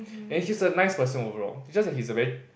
and he's a nice person overall it's just that he's a very